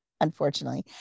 Unfortunately